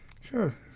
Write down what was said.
sure